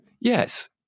Yes